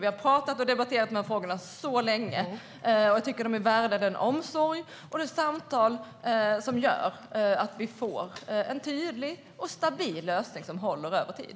Vi har pratat om och debatterat de här frågorna så länge, och jag tycker att de är värda den omsorg och de samtal som gör att vi får en tydlig och stabil lösning som håller över tid.